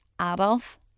Adolf